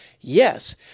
Yes